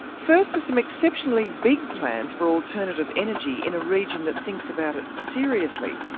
first to some exceptionally big plans for alternative energy in a region that thinks about it seriously.